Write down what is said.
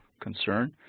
concern